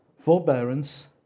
forbearance